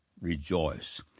rejoice